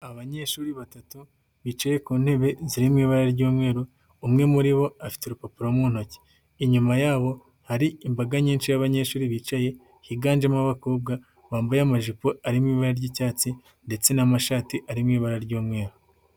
Abanyeshuri batatu bicaye ku ntebe ziri mu ibara ry'umweru, umwe muri bo afite urupapuro mu ntoki, inyuma yabo hari imbaga nyinshi y'abanyeshuri bicaye, higanjemo abakobwa bambaye amajipo ari mu ibara ry'icyatsi ndetse n'amashati ari mu ibara ry'umweru.